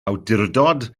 awdurdod